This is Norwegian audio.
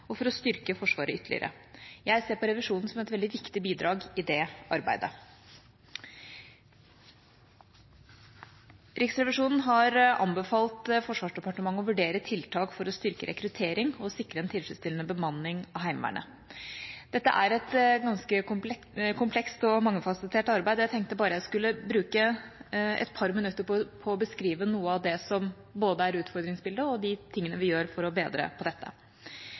og for å styrke Forsvaret ytterligere. Jeg ser på revisjonen som et veldig viktig bidrag i det arbeidet. Riksrevisjonen har anbefalt Forsvarsdepartementet å vurdere tiltak for å styrke rekruttering og å sikre en tilfredsstillende bemanning av Heimevernet. Dette er et ganske komplekst og mangefasettert arbeid. Jeg tenkte bare jeg skulle bruke et par minutter på å beskrive både noe av det som er utfordringsbildet og de tingene vi gjør for å bedre på dette.